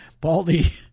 baldy